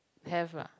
have lah